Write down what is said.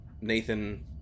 Nathan